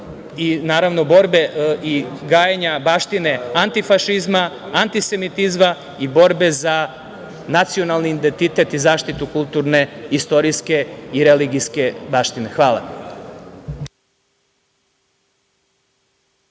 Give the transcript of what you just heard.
tradiciju borbe i gajenja baštine antifašizma, antisemitizma i borbe za nacionalni identitet i zaštitu kulturne, istorijske i religijske baštine. Hvala.